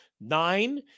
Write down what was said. nine